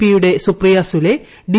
P യുടെ Supriya Sule D